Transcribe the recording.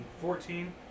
Fourteen